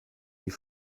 die